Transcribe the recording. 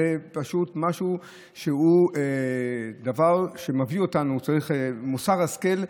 זה פשוט משהו שמביא אותנו למוסר השכל,